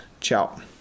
Ciao